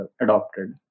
adopted